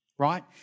right